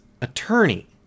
attorney